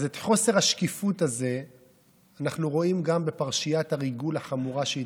אז את חוסר השקיפות הזה אנחנו רואים גם בפרשיית הריגול החמורה שהתגלתה.